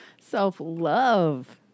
self-love